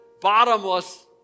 bottomless